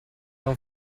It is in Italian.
non